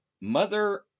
Mother